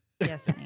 Yes